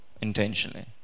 intentionally